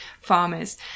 farmers